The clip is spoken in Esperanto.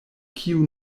kiu